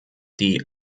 die